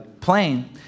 plane